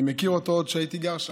אני מכיר אותו עוד מכשהייתי גר שם,